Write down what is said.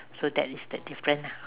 so that is the different lah